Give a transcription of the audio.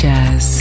Jazz